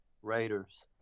Raiders